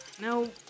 No